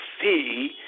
fee